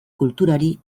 kulturari